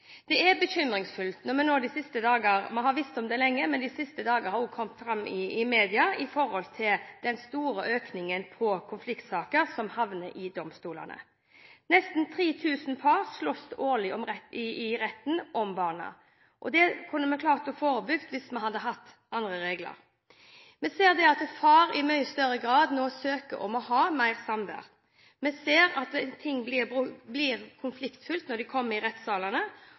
bekymringsfullt når vi de siste dagene – vi har visst om det lenge, men de siste dagene har det kommet fram i media – har lest om den store økningen i konfliktsaker som havner i domstolene. Nesten 3 000 par slåss årlig i retten om barna. Her kunne vi klart å forebygge hvis vi hadde hatt andre regler. Vi ser at far i mye større grad nå søker om å få mer samvær. Vi ser at ting blir konfliktfylte når sakene kommer i